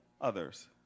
others